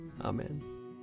Amen